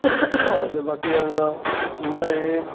ते बाकी इ'यां ते ऐ